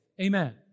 Amen